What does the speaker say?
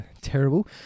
terrible